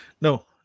No